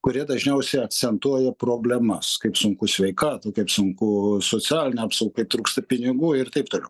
kurie dažniausiai akcentuoja problemas kaip sunku sveikata kaip sunku socialinė apsaug kaip trūksta pinigų ir taip toliau